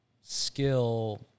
skill